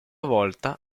volta